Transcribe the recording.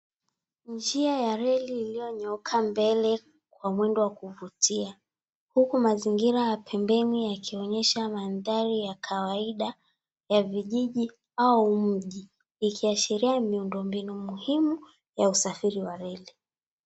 Njia ya reli iliyonyooka mbele kwa mwendo wa kuvutia. Huku mazingira pembeni yakionyesha maandhari ya kawaida ya vijiji au mji vikiashiria miundo mbinu muhimu ya usafiri wa reli.